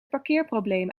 parkeerprobleem